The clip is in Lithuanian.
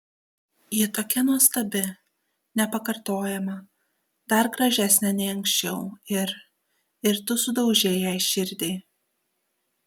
ji tokia nuostabi nepakartojama dar gražesnė nei anksčiau ir ir tu sudaužei jai širdį